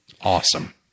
Awesome